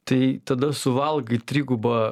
tai tada suvalgai trigubą